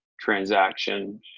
transaction